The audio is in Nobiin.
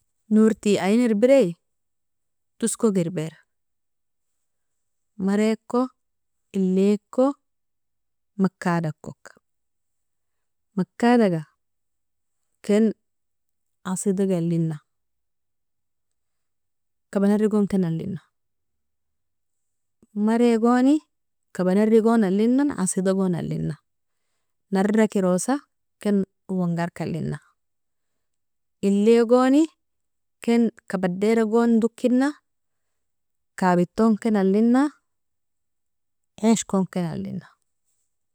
Norti ien irbri, tosko girbir mariko, eliko, makadakok, makadaga ken asidaga alina, kabnari gon ken alina, marigoni kabnari gon alinan, asida gon alina, narakerosa ken owongarka alina, eligoni ken kabdera gon dokina, kabidton ken alina, aishkon ken alina.